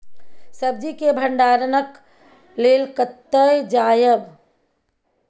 सब्जी के भंडारणक लेल कतय जायब?